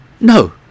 No